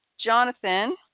Jonathan